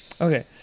Okay